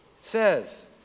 says